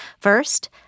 First